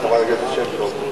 חברת הכנסת שמטוב,